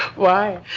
why?